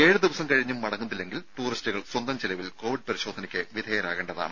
ഏഴ് ദിവസം കഴിഞ്ഞും മടങ്ങുന്നില്ലെങ്കിൽ ടൂറിസ്റ്റുകൾ സ്വന്തം ചെലവിൽ കൊവിഡ് പരിശോധനയ്ക്ക് വിധേയരാകേണ്ടതാണ്